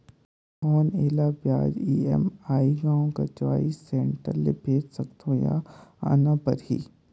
कौन एला ब्याज ई.एम.आई गांव कर चॉइस सेंटर ले भेज सकथव या आना परही?